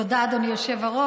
תודה, אדוני היושב-ראש.